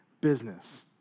business